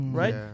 right